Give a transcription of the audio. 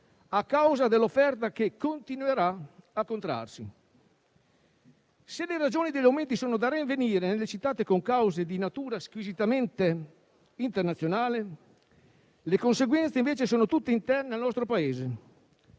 a causa dell'offerta che continuerà a contrarsi. Se le ragioni degli aumenti sono da rinvenire nelle citate concause di natura squisitamente internazionale, le conseguenze sono invece tutte interne al nostro Paese,